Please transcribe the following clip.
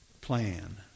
plan